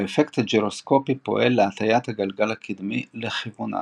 האפקט הגירוסקופי פועל להטיית הגלגל הקדמי לכיוון ההטיה.